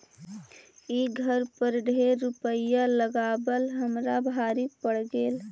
ई घर पर ढेर रूपईया लगाबल हमरा भारी पड़ गेल